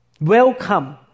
Welcome